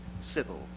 civil